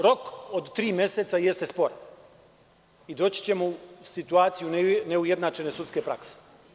Rok od tri meseca jeste sporan i doći ćemo u situaciju neujednačene sudske prakse.